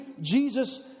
Jesus